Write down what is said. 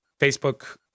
Facebook